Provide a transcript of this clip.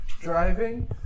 driving